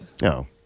No